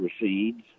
recedes